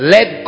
Let